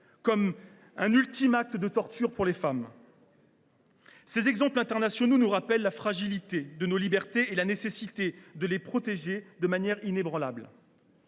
tel un ultime acte de torture. Ces exemples internationaux nous rappellent la fragilité de nos libertés et la nécessité de les protéger de manière inébranlable.